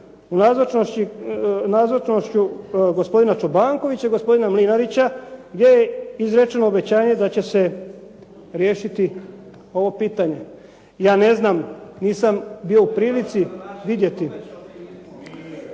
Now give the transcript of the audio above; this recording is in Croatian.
u nazočnosti gospodina Čobankovića, gospodina Mlinarića gdje je izrečeno obećanje da će se riješiti ovo pitanje. Ja ne znam, nisam bio u prilici vidjeti.